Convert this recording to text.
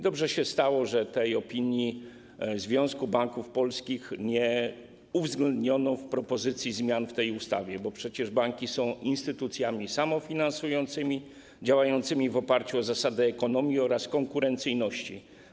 Dobrze się stało, że tej opinii Związku Banków Polskich nie uwzględniono propozycji zmian w tej ustawie, bo przecież banki są instytucjami samofinansującymi, działającymi w oparciu o zasadę ekonomii oraz konkurencyjności.